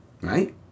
right